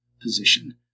position